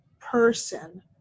person